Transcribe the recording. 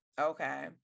Okay